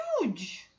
huge